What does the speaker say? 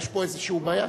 יש פה איזו בעיה?